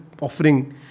offering